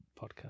podcast